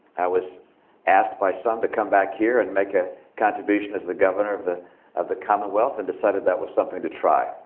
i was asked by some to but come back here and make a contribution as the governor of the of the commonwealth and decided that was something to try.